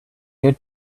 your